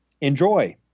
Enjoy